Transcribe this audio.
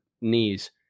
knees